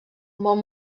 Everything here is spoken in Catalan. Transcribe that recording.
molt